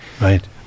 right